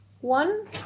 One